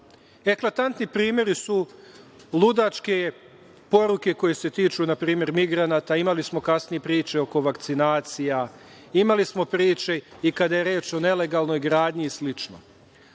Eklatantni primeri su ludačke poruke koje si tuču npr. migranata. Imali smo kasnije i priče oko vakcinacija, imali smo priče i kada je reč o nelegalnoj gradnji i